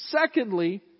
Secondly